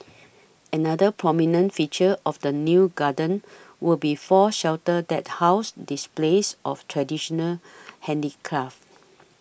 another prominent feature of the new garden will be four shelters that house displays of traditional handicraft